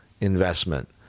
investment